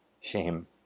shame